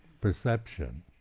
perception